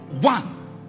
one